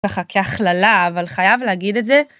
ככה כהכללה אבל חייב להגיד את זה.